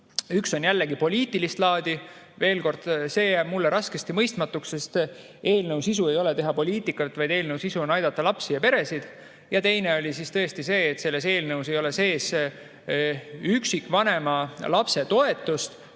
Üks on jällegi poliitilist laadi. Veel kord: see jääb mulle raskesti mõistmatuks, sest selle eelnõu sisu ei ole teha poliitikat, selle eelnõu sisu on aidata lapsi ja peresid. Teine põhjendus oli tõesti see, et selles eelnõus ei ole sees üksikvanema toetust.